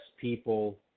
people